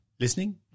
Listening